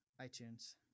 itunes